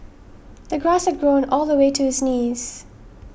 the grass had grown all the way to his knees